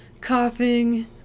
coughing